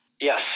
Yes